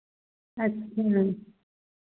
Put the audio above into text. अच्छा